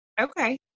Okay